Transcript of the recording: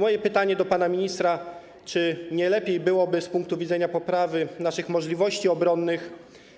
Moje pytanie do pana ministra: Czy nie lepiej byłoby z punktu widzenia poprawy naszych możliwości obronnych,